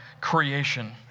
creation